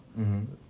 mmhmm